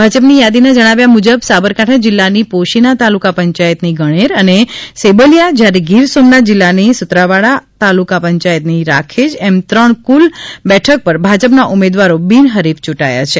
ભાજપની યાદીના જણાવ્યા મુજબ સાબરકાઠાં જિલ્લાની પોશીના તાલુકા પંચાયતની ગણેર અને સેબલીયા જયારે ગીર સોમનાથ જિલ્લાની સુત્રાવાડા તાલુકા પંચાયતની રાખેજ એમ કુલ ત્રણ બેઠક પર ભાજપના ઉમદેવારો બિનહરીફ ચૂંટાયા છે